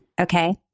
Okay